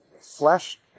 Flesh